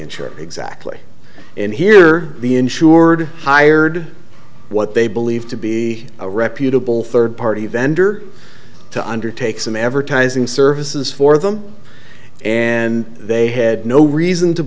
insurer exactly and here the insured hired what they believed to be a reputable third party vendor to undertake some advertising services for them and they had no reason to